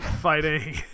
fighting